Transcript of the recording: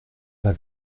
pas